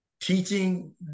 teaching